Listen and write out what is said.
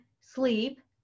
sleep